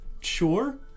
Sure